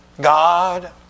God